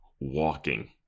Walking